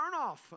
turnoff